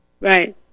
Right